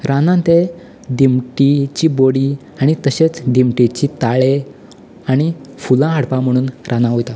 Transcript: रानान ते दिमटेची बडी आनी तशेच दिमटेचे ताळे आनी फुलां हाडपा म्हणून राना वयता